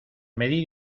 medir